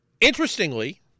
Interestingly